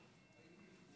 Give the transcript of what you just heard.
אדוני היושב-ראש,